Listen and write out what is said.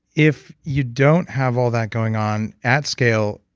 if you don't have all that going on at scale,